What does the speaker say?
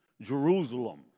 Jerusalem